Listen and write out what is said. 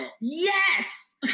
Yes